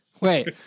Wait